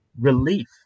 relief